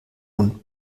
und